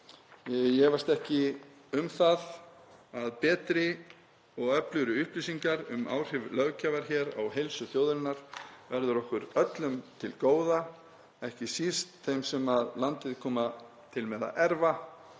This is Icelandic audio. Ég efast ekki um að betri og öflugri upplýsingar um áhrif löggjafar hér á heilsu þjóðarinnar verði okkur öllum til góða, ekki síst þeim sem landið munu erfa